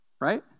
right